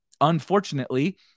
unfortunately